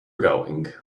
going